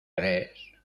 tres